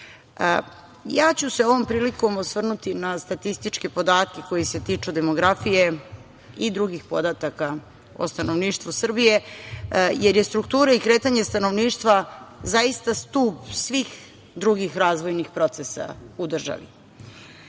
ću se ovom prilikom osvrnuti na statističke podatke koji se tiču demografije i drugih podataka o stanovništvu Srbije, jer je struktura i kretanje stanovništva zaista stub svih drugih razvojnih procesa u državi. Jedno